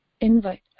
invite